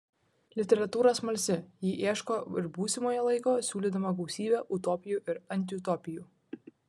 literatūra smalsi ji ieško ir būsimojo laiko siūlydama gausybę utopijų ir antiutopijų